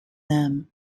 them